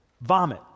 vomit